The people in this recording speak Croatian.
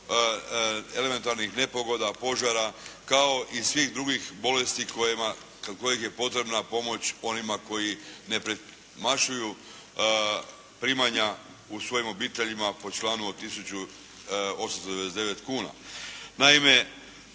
elementarnih nepogoda, požara kao i svih drugih bolesti kod kojih je potrebna pomoć onih koji ne premašuju primanja u svojim obiteljima po članu od tisuću 899 kuna.